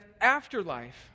afterlife